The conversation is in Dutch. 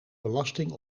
belasting